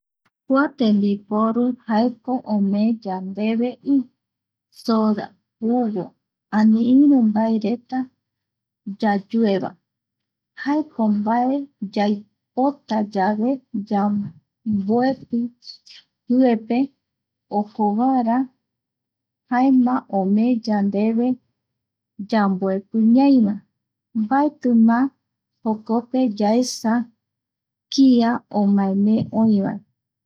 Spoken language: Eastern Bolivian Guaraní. ﻿Kua tembiporu jaeko omee yandeve i, soda, jugo, ani irü mbae reta, yayueva, jaeko mbae yaipota yave ya mboepi jiepe okovara, jaema omee yandeve yamboepi ñaiva, mbaetima jokope yaesa kia omaeme oïva